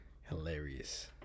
Hilarious